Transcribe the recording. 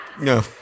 no